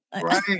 Right